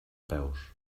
peus